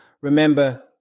Remember